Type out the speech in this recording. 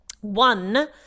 one